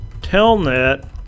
Telnet